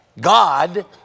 God